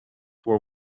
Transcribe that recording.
were